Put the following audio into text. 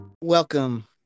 welcome